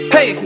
Hey